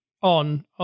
on